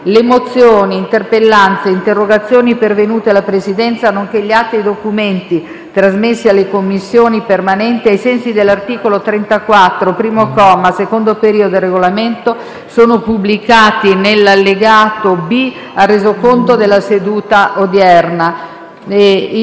Signor Presidente, gentili colleghe e colleghi, in vista del *derby* calcistico di serie B tra Crotone e Cosenza di lunedì 26 novembre, la rubrica del TGR Calabria «Buongiorno Regione» ha ospitato Giancarlo Ciabattari,